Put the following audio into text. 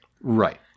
Right